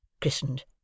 christened